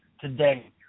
today